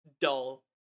dull